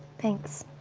thanks.